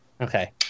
Okay